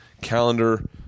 calendar